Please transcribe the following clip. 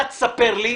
אוקיי.